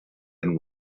and